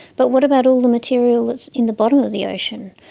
but what about all the material that's in the bottom of the ocean?